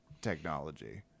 technology